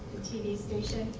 the tv station.